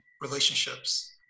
relationships